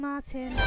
Martin